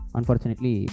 Unfortunately